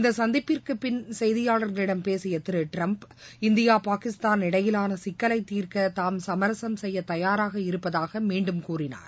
இந்த சந்திப்பிற்குப் பிள் செய்தியாளர்களிடம் பேசிய திரு டிரம்ப் இந்தியா பாகிஸ்தான் இடையிலான சிக்கலை தீர்க்க தாம் சமரசம் செய்ய தயாராக இருப்பதாக மீண்டும் கூறினார்